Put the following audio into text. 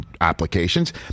applications